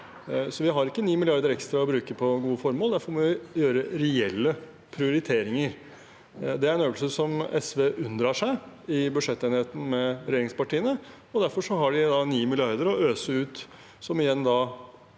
vi har ikke 9 mrd. kr ekstra til å bruke på gode formål, og derfor må vi gjøre reelle prioriteringer. Det er en øvelse som SV unndrar seg i budsjettenigheten med regjeringspartiene, og derfor har de 9 mrd. kr til å øse ut, noe som igjen